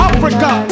Africa